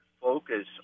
focus